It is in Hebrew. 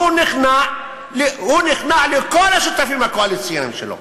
והוא נכנע לכל השותפים הקואליציוניים שלו,